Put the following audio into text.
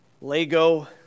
Lego